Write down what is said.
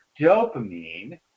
dopamine